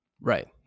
Right